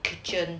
kitchen